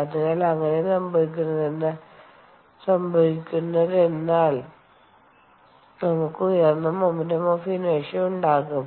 അതിനാൽ അങ്ങനെ സംഭവിക്കുന്നതെന്തനാൽ നമുക്ക് ഉയർന്ന മൊമെന്റ് ഓഫ് ഇനേർഷ്യ ഉണ്ടാകാം